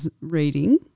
reading